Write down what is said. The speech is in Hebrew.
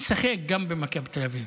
שיחק גם במכבי תל אביב.